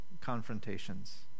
confrontations